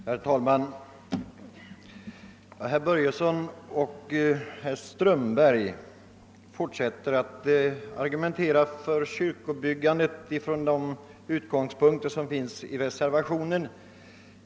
Herr talman! Herr Börjesson i Falköping och herr Strömberg fortsätter att argumentera för kyrkobyggandet ifrån de utgångspunkter som anges i reservationen.